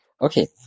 Okay